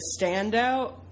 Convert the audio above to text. standout